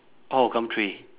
orh gumtree